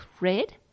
red